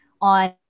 on